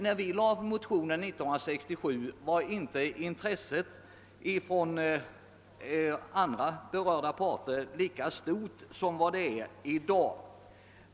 När vi lade vår motion 1967 var intresset från andra berörda parter inte lika stort som det är i dag.